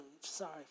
sorry